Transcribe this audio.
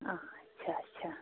آچھا اَچھا